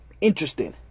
interesting